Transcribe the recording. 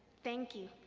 thank you.